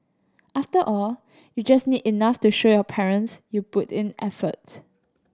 after all you just need enough to show your parents you put in effort